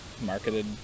marketed